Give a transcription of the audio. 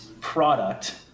product